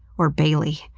or bailey.